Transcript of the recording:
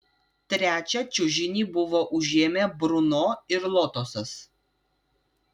trečią čiužinį buvo užėmę bruno ir lotosas